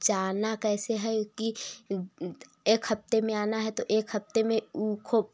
जाना कैसे है कि एक हफ़्ते में आना है तो एक हफ़्ते में उखो